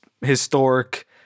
historic